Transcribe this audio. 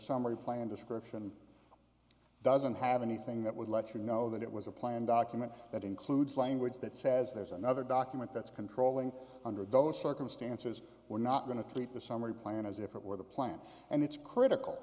summary plan description doesn't have anything that would let you know that it was a plan document that includes language that says there's another document that's controlling under those circumstances we're not going to treat the summary plan as if it were the plant and it's critical